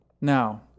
Now